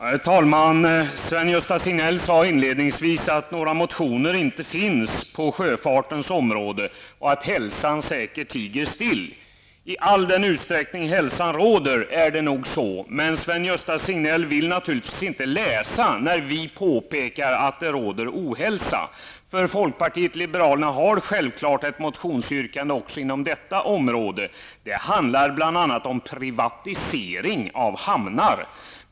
Herr talman! Sven-Gösta Signell sade inledningsvis att det inte finns några reservationer på sjöfartens område och att hälsan säkert tiger still. I den utsträckning hälsan råder är det nog så, men Sven-Gösta Signell vill naturligtvis inte läsa att vi påpekar att det råder ohälsa. Folkpartiet liberalerna har självklart ett motionsyrkande också på detta område. Det handlar bl.a. om privatisering av hamnar.